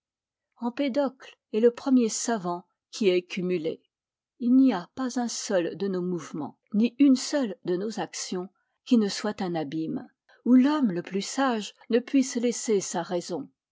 empédocle est le premier savant qui ait cumulé il n'y a pas un seul de nos mouvements ni une seule de nos actions qui ne soit un abîme où l'homme le plus sage ne puisse laisser sa raison